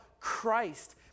Christ